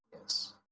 Yes